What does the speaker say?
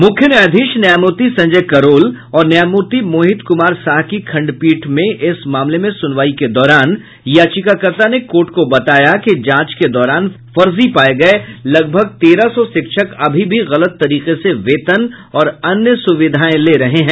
मुख्य न्यायाधीश न्यायमूर्ति संजय करोल और न्यायमूर्ति मोहित कुमार साह की खंडपीठ में इस मामले में सुनवाई के दौरान याचिकाकर्ता ने कोर्ट को बताया कि जांच के दौरान फजी पाये गये लगभग तेरह सौ शिक्षक अभी भी गलत तरीके से वेतन और अन्य सुविधाएं ले रहे हैं